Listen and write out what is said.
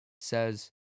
says